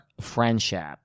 friendship